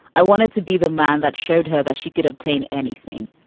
i wanted to be the man that showed her that she could obtain anything.